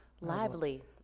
Lively